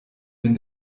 wenn